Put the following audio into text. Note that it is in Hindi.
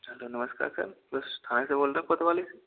अच्छा नमस्कार सर पुलिस थाने से बोल रहे हो कोतवाली से